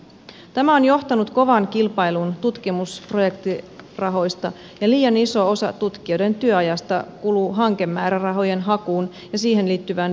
tämä on johtanut kovaan kilpailuun tutkimusprojektirahoista ja liian iso osa tutkijoiden työajasta kuluu hankemäärärahojen hakuun ja siihen liittyvään byrokratiaan